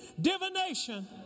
divination